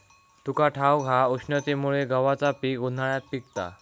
तुका ठाऊक हा, उष्णतेमुळे गव्हाचा पीक उन्हाळ्यात पिकता